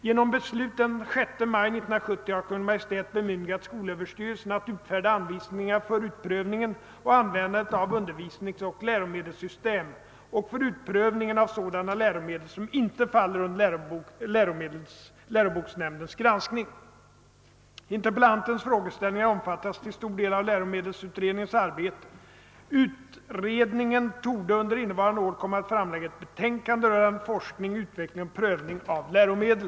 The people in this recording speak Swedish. Genom beslut den 6 maj 1970 har Kungl. Maj:t bemyndigat skolöverstyrelsen att utfärda anvisningar för utprövningen och användandet av undervisningsoch läromedelssystem och för utprövningen av sådana läromedel som inte faller un der läroboksnämndens granskning. Interpellantens frågeställningar omfattas till stor del av läromedelsutredningens arbete. Utredningen torde under innevarande år komma att framlägga ett betänkande rörande forskning, utveckling och prövning av läromedel.